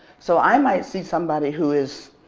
so i might see somebody who is